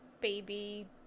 baby